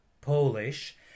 Polish